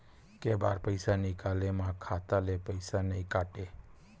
के बार पईसा निकले मा खाता ले पईसा नई काटे?